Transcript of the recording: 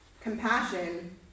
Compassion